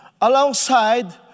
alongside